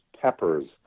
peppers